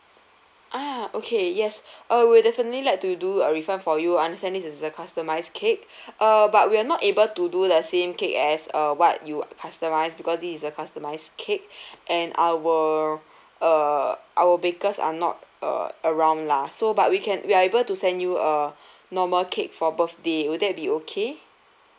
ah okay yes uh we'll definitely like to do a refund for you understand this is a customised cake uh but we'll not able to do the same cake as uh what you customised because this is a customised cake and our err our bakers are not err around lah so but we can we are able to send you a normal cake for birthday would that be okay